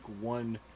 one